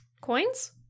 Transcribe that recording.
Coins